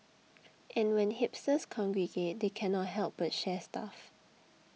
and when hipsters congregate they cannot help but share stuff